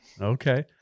Okay